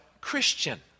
Christian